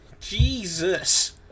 Jesus